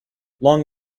long